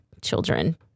children